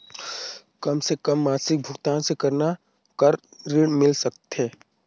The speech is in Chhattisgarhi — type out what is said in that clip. कम से कम मासिक भुगतान मे कतना कर ऋण मिल सकथे?